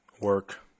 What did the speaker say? work